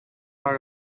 part